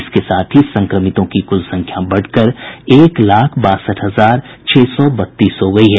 इसके साथ ही संक्रमितों की कुल संख्या बढ़कर एक लाख बासठ हजार छह सौ बत्तीस हो गयी है